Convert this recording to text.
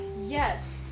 Yes